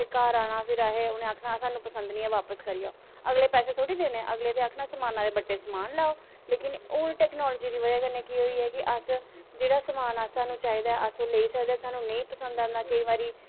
घर आना फिर उनैं आखना सानूं पसंद निं ऐ बापस करी आओ अगले पैसे थोड़ी देने अगले आक्खना समानै दे बट्टै समान लैओ लेकिन हून टैकनॉलजी दी बजह कन्नैं केह् होई गेआ कि अस जेह्ड़ा समान सानूं चाहिदा अस लेई सकदे सानूं नेईंं पसंद आंदा केईं बारी